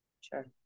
sure